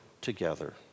together